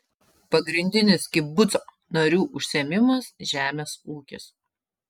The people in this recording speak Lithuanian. pagrindinis kibuco narių užsiėmimas žemės ūkis